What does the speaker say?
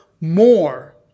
more